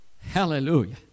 Hallelujah